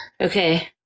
Okay